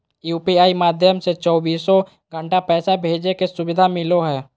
UPI माध्यम से चौबीसो घण्टा पैसा भेजे के सुविधा मिलो हय